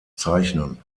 zeichnen